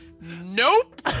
nope